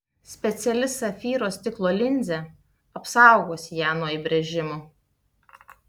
speciali safyro stiklo linzė apsaugos ją nuo įbrėžimų